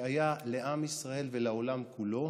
שהיה לעם ישראל ולעולם כולו